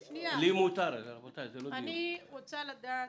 אני רוצה לדעת,